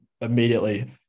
immediately